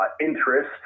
interest